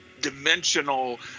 dimensional